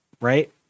Right